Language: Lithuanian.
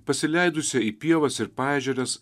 pasileidusią į pievas ir paežeres